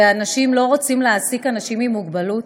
שאנשים בה לא רוצים להעסיק אנשים עם מוגבלות?